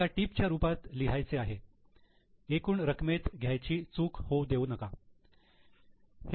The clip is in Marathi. एका टीप च्या रूपात लिहायचे आहे एकूण रकमेत घ्यायची चूक होऊ देऊ नये